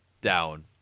down